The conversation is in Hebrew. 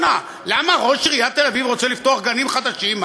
למה ראש עיריית תל-אביב רוצה לפתוח גנים חדשים?